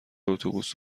اتوبوس